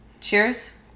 Cheers